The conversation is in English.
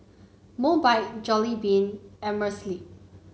Mobike Jollibean and Amerisleep